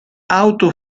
auto